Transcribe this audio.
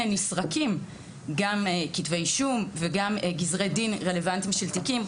נסרקים גם כתבי אישום וגם גזרי דין רלוונטיים של תיקים,